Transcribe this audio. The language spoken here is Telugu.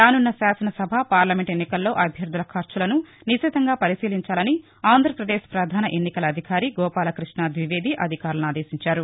రానున్న శాసన సభ పార్లమెంట్ ఎన్నికల్లో అభ్యర్థల ఖర్చులను నిశితంగా పరిశీలించాలని ఆంధ్రప్రదేశ్ పధాన ఎన్నికల అధికారి గోపాలకృష్ణ ద్వివేది అధికారులను ఆదేశించారు